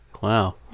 wow